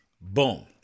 boom